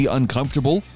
uncomfortable